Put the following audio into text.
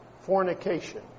fornication